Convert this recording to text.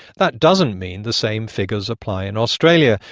that doesn't mean the same figures apply in australia,